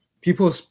People